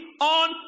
on